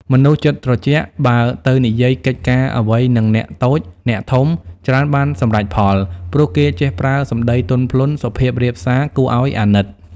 មនុស្សចិត្តត្រជាក់ បើទៅនិយាយកិច្ចការអ្វីនឹងអ្នកតូច អ្នកធំ ច្រើនបានសម្រេចផល ព្រោះគេ ចេះប្រើសម្ដីទន់ភ្លន់ សុភាពរាបសារគួរឲ្យអាណិត ។